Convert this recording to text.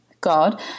God